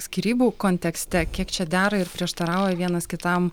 skyrybų kontekste kiek čia dera ir prieštarauja vienas kitam